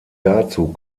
dazu